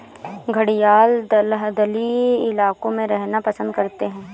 घड़ियाल दलदली इलाकों में रहना पसंद करते हैं